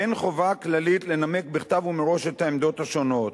אין חובה כללית לנמק בכתב ומראש את העמדות השונות.